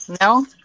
No